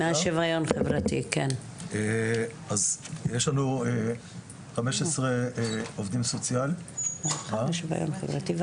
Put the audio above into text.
אז יש לנו חמישה עשר עובדים סוציאליים בחברה הערבית.